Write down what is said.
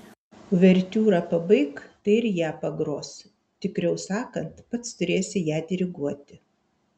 uvertiūrą pabaik tai ir ją pagros tikriau sakant pats turėsi ją diriguoti